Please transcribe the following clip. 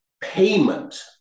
payment